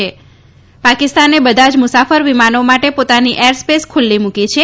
છ ાકિસ્તાને બધા મુસાફર વિમાન માટે તાની એરસો સ ખુલ્લી મૂકી છે